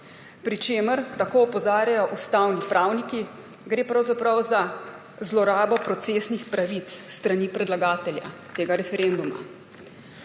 pri čemer, tako opozarjajo ustavni pravniki, gre pravzaprav za zlorabo procesnih pravic s strani predlagatelja tega referenduma.